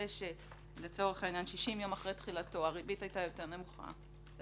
זה שלצורך העניין 60 יום אחרי תחילתו הריבית הייתה יותר נמוכה היה